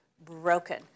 broken